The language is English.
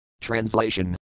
Translation